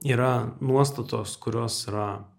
yra nuostatos kurios yra